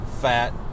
fat